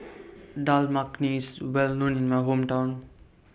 Dal Makhani Well known in My Hometown